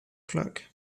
clerk